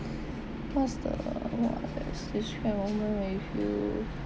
what's the what' this issue